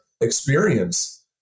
experience